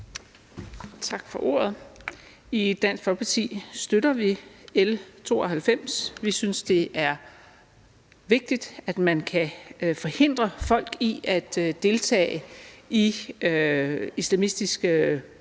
Tak for ordet. I Dansk Folkeparti støtter vi L 92. Vi synes, det er vigtigt, at man kan forhindre folk i at deltage i islamistiske